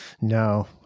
no